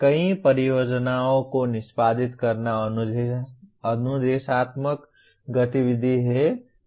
कई परियोजनाओं को निष्पादित करना अनुदेशात्मक गतिविधि है